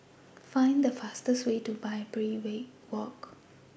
Find The fastest Way to Barbary Walk